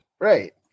Right